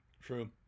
True